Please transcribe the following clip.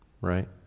right